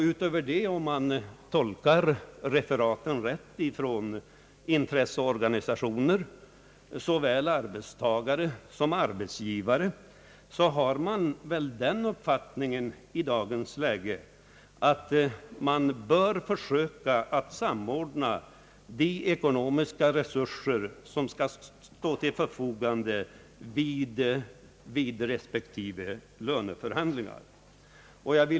Dessutom får väl referaten av det som förekommer inom såväl arbetstagarsom arbetsgivarorganisationer tolkas så, att man har den uppfattningen, att en samordning i dagens läge bör eftersträvas när det gäller de ekonomiska resurser som kommer att stå till förfogande vid löneförhandlingar på skilda områden.